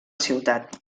ciutat